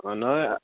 অঁ নহয়